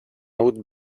would